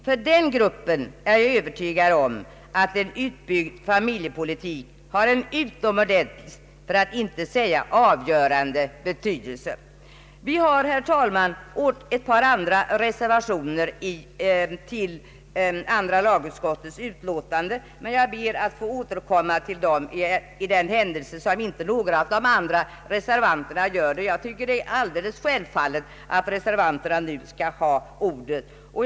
För den gruppen människor — det är jag övertygad om — har en utbyggd familjepolitik en utomordentlig för att inte säga avgörande betydelse. Vi har, herr talman, ett par andra reservationer till andra lagutskottets utlåtande, men jag ber att få återkomma till dem för den händelse inte någon av de andra reservanterna tar upp de frågor som där berörs.